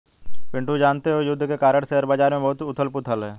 पिंटू जानते हो युद्ध के कारण शेयर बाजार में बहुत उथल पुथल है